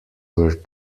were